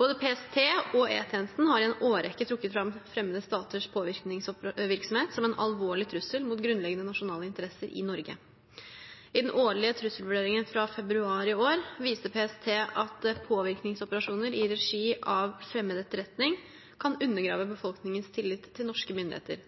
Både PST og E-tjenesten har i en årrekke trukket fram fremmede staters påvirkningsvirksomhet som en alvorlig trussel mot grunnleggende nasjonale interesser i Norge. I den årlige trusselvurderingen fra februar i år viste PST at påvirkningsoperasjoner i regi av fremmed etterretning kan undergrave befolkningens tillit til norske myndigheter.